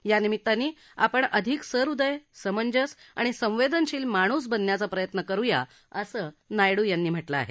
यानिमित्ताने आपण अधिक सहृदय समंजस आणि संवदेनशील माणूस बनण्याचा प्रयत्न करुया असं नायडू यांनी म्हटलं आहे